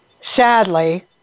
sadly